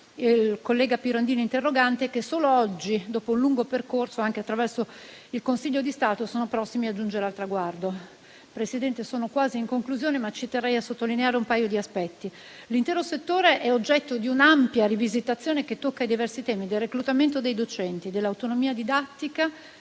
il collega interrogante Pirondini, solo oggi, dopo un lungo percorso anche attraverso il Consiglio di Stato, sono prossimi a giungere al traguardo. Signora Presidente, sono quasi alla conclusione, ma ci terrei a sottolineare un paio di aspetti. L'intero settore è oggetto di un'ampia rivisitazione che tocca i diversi temi del reclutamento dei docenti, dell'autonomia didattica